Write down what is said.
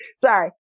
sorry